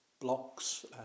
Blocks